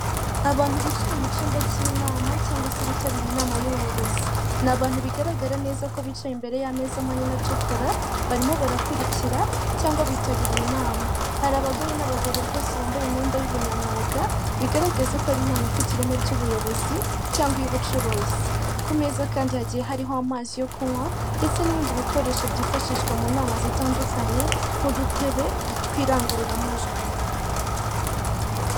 Abantu bicaye mu cyumba cy’inama cyangwa se bitabiriye inama y’ubuyobozi, bigaragara neza ko bicaye imbere y’ameza manini atukura, barimo barakurikira cyangwa bitabiriye inama, harimo abagore n’abagabo bambaye imyenda y’ubunyamwuga, bigaragaza ko ari inama ifite ireme ry’ubuyobozi cyangwa iy’ubucuruzi. Ku meza hari amazi yo kunywa ndetse n’ibindi bikoresho byifashishwa mu nama zitandukanye, nk’udutebe n’amatangururamajwi.